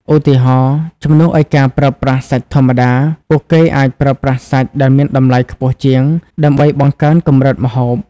ឧទាហរណ៍ ជំនួសឲ្យការប្រើប្រាស់សាច់ធម្មតា ពួកគេអាចប្រើប្រាស់សាច់ដែលមានតម្លៃខ្ពស់ជាង ដើម្បីបង្កើនកម្រិតម្ហូប។